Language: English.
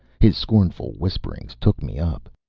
his scornful whispering took me up.